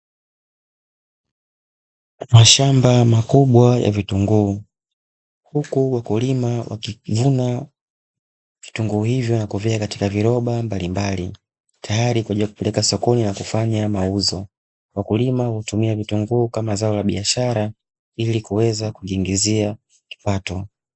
Mashamba makubwa ya vitunguu, huku wakulima wakivuna vitunguu hivyo na kuviweka katika viroba mbalimbali, tayari kwa ajili ya kupeleka sokoni na kufanya mauzo. Wakulima hutumia vitunguu kama zao la biashara ili kuweza kujiingizia kipato.